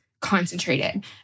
concentrated